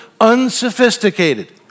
unsophisticated